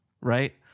right